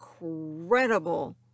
incredible